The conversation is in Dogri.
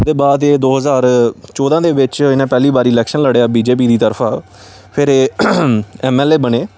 ओह्दे बाद एह् दो ज्हार चौदां दे बिच्च इ'नें पैह्ली बारी इलैक्शन लड़ेआ बीजेपी दी तरफा फिर एह् एम एल ए बने